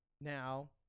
now